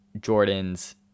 Jordan's